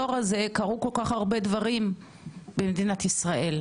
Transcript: העשור הזה קרו כל כך הרבה דברים במדינת ישראל,